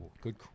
good